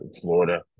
Florida